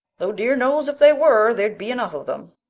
though dear knows if they were there'd be enough of them.